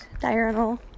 Diurnal